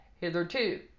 hitherto